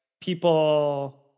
people